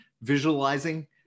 visualizing